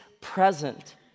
present